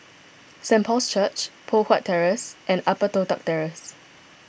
Saint Paul's Church Poh Huat Terrace and Upper Toh Tuck Terrace